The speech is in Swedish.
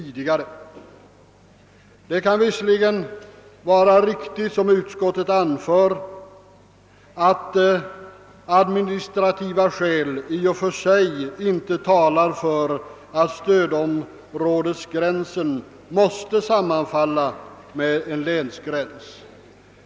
Det kan vara riktigt, som utskottet anför, att administrativa skäl i och för sig inte talar för att stödområdesgränsen måste sammanfalla med en länsgräns.